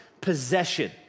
possession